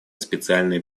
специальные